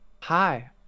Hi